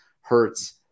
hurts